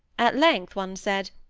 at length, one said,